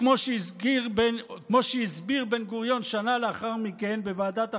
כמו שהסביר בן-גוריון שנה לאחר מכן בוועדת החוקה,